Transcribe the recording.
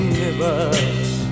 Universe